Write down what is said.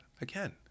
again